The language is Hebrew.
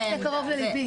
--- משהו קרוב לליבי.